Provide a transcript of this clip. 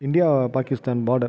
India Pakistan border